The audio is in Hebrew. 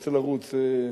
שרוצה לרוץ,